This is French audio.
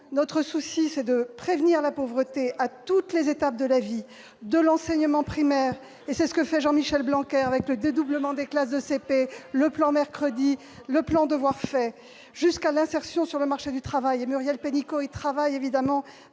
Notre souci, c'est de prévenir la pauvreté à toutes les étapes de la vie, de l'enseignement primaire- c'est ce que fait Jean-Michel Blanquer avec le dédoublement des classes de CP, le plan Mercredi, le plan Devoirs faits -jusqu'à l'insertion sur le marché du travail, à laquelle Muriel Pénicaud travaille avec